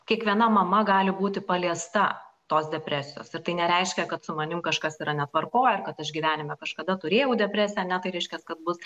kiekviena mama gali būti paliesta tos depresijos ir tai nereiškia kad su manim kažkas yra netvarkoj ar kad aš gyvenime kažkada turėjau depresiją ane tai reiškias kad bus